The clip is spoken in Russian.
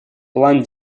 план